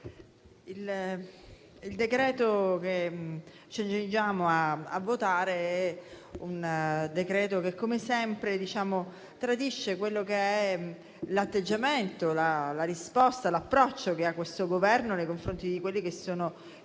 il decreto che ci accingiamo a votare è un provvedimento che - come sempre - tradisce l'atteggiamento, la risposta, l'approccio che questo Governo ha nei confronti di quelli che sono i fenomeni